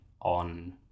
on